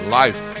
life